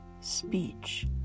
speech